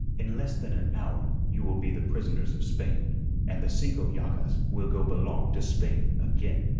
in less than an hour you will be the prisoners of spain and the cinco llagas will go belong to spain again.